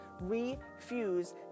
refuse